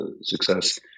success